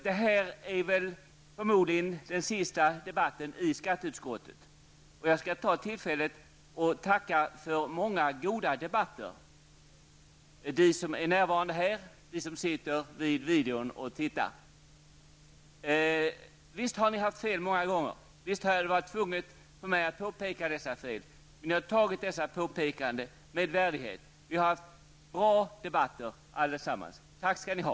Detta är förmodligen skatteutskottets sista debatt detta riksmöte. Jag skall ta tillfället i akt att tacka för många goda debatter -- de som är närvarande här och de som sitter vid TVn och tittar. Visst har ni haft fel många gånger. Visst har det varit tvunget för mig att påpeka dessa fel. Men ni har tagit dessa påpekanden med värdighet. Vi har alla haft bra debatter. Tack skall ni ha!